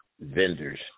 vendors